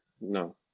No